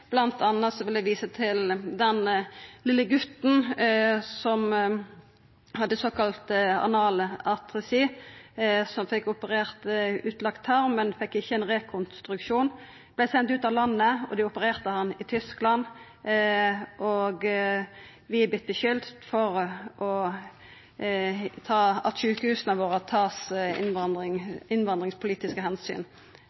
vil eg visa til den vesle guten som hadde såkalla analatresi, som vart operert og fekk utlagt tarm, men fekk ikkje rekonstruksjon. Han vart sendt ut av landet, og dei opererte han i Tyskland, og vi er vorte skulda for at sjukehusa våre